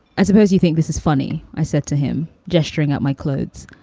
i suppose you think this is funny, i said to him, gesturing at my clothes.